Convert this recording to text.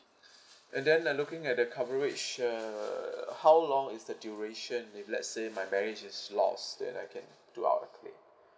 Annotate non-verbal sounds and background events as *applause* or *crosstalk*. *breath* and then I'm looking at the coverage uh how long is the duration if let's say my baggage is lost then I can do our claim